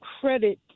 credit